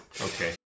Okay